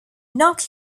knock